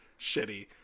shitty